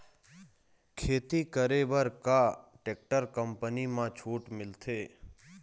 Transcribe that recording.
खेती करे बर का टेक्टर कंपनी म छूट मिलथे?